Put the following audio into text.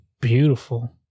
beautiful